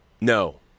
no